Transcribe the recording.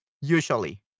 usually